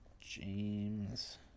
James